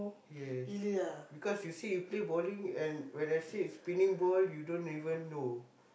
yes because you say you play bowling and when I say spinning ball you don't even know